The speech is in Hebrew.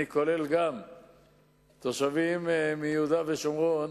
אני כולל גם תושבים מיהודה ושומרון